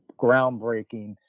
groundbreaking